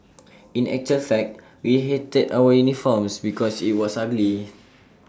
in actual fact we hated our uniforms because IT was ugly